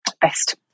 best